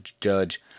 judge